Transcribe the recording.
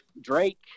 Drake